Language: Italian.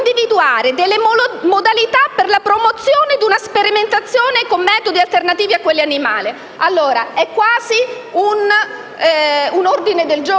individuare delle modalità per la promozione di una sperimentazione con metodi alternativi a quello animale. È quasi un ordine del giorno,